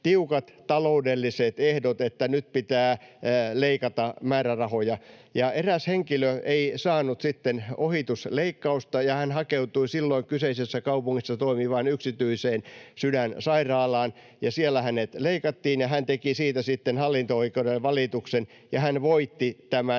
tiukat taloudelliset ehdot, että nyt pitää leikata määrärahoja, ja eräs henkilö ei saanut sitten ohitusleikkausta, ja hän hakeutui silloin kyseisessä kaupungissa toimivaan yksityiseen sydänsairaalaan. Siellä hänet leikattiin, ja hän teki siitä sitten hallinto-oikeudelle valituksen, ja hän voitti tämän